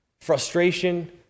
frustration